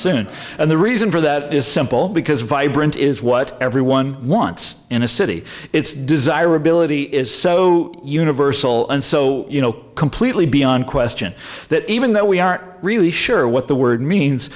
soon and the reason for that is simple because vibrant is what everyone wants in a city its desirability is so universal and so you know completely beyond question that even though we aren't really sure what the word means